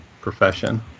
profession